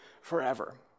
forever